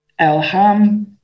Elham